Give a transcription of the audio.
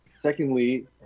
Secondly